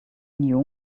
knew